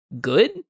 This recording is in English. good